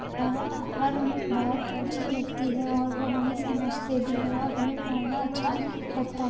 ہر ہر بات اچھی لگتی ہے اور وہ ہمیں سمجھتے بھی ہے اور ہمیں پالنا اچھا لگتا ہے